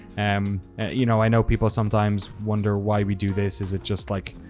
um you know, i know people sometimes wonder why we do this. is it just like,